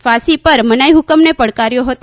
ફાંસી પર મનાઇહુકમને પડકાર્યો હતો